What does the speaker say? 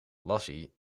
lassie